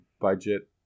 budget